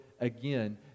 again